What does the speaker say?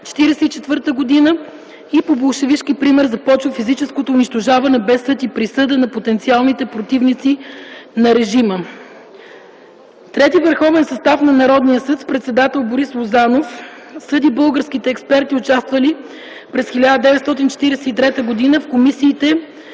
1944 г. и по болшевишки пример започва физическото унищожаване без съд и присъда на потенциалните противници на режима. Трети Върховен състав на Народния съд с председател Борис Лозанов съди българските експерти участвали през 1943 г. в комисиите